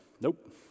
Nope